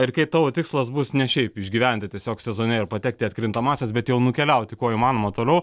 ir kai tavo tikslas bus ne šiaip išgyventi tiesiog sezone ir patekti į atkrintamąsias bet jau nukeliauti kuo įmanoma toliau